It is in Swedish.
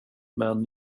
men